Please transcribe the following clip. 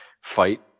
fight